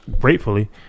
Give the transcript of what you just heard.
gratefully